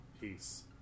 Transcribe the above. Peace